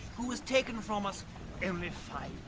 who was taken from us only five